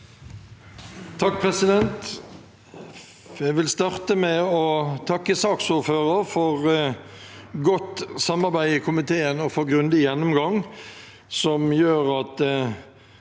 (H) Jeg vil starte med å takke saksordføreren for godt samarbeid i komiteen og for grundig gjennomgang, som gjør at